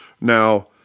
Now